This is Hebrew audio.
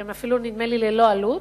והם אפילו, נדמה לי, ללא עלות,